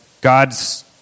God's